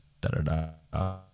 da-da-da